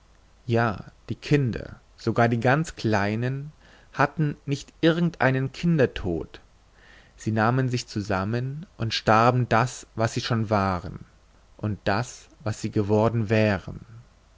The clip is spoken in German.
ja die kinder sogar die ganz kleinen hatten nicht irgendeinen kindertod sie nahmen sich zusammen und starben das was sie schon waren und das was sie geworden wären